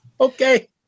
Okay